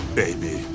baby